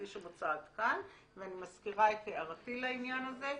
אני רוצה להצביע עליה.